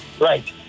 Right